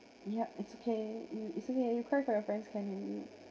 yup it's okay mm it's okay you cry for your friends can already